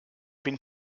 been